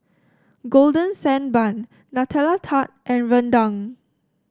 Golden Sand Bun Nutella Tart and rendang